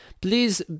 please